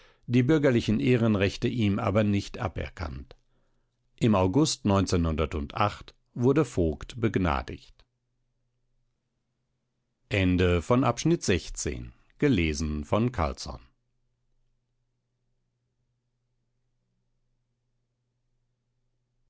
die bürgerlichen ehrenrechte ihm aber nicht aberkannt im august wurde voigt begnadigt